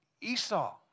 Esau